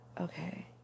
okay